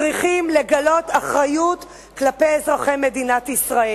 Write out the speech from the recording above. צריכים לגלות אחריות כלפי אזרחי מדינת ישראל.